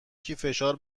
فشار